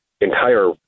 entire